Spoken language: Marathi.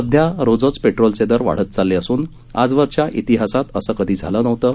सध्या रोजच पेट्रोलचे दर वाढत चालले असून आजवरच्या इतिहासात असं कधी झालं नव्हतं